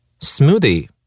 Smoothie